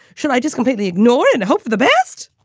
should i just completely ignore it and hope for the best?